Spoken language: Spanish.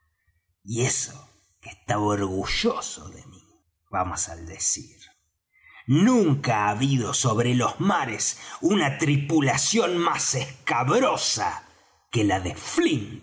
y eso que estaba orgulloso de mí vamos al decir nunca ha habido sobre los mares una tripulación más escabrosa que la de flint